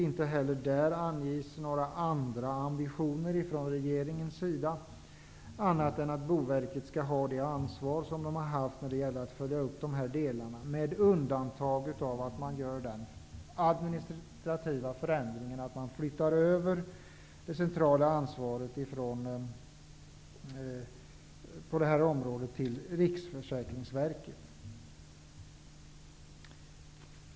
Inte heller där anges några andra ambitioner från regeringen annat än att Boverket skall ha det ansvar som verket har haft när det gäller att följa upp dessa frågor. Man gör dock den administrativa förändringen att man flyttar över det centrala ansvaret på detta område till Riksförsäkringsverket.